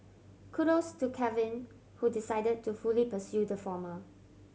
Kudos to Kevin who decided to fully pursue the former